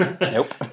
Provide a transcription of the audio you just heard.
Nope